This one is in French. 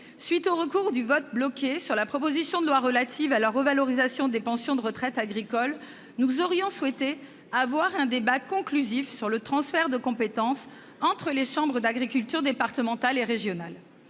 Après le recours au vote bloqué sur la proposition de loi visant à assurer la revalorisation des pensions de retraite agricole, nous aurions souhaité avoir un débat conclusif quant au transfert de compétences entre les chambres d'agriculture départementales et régionales.